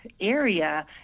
area